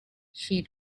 she